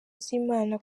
z’imana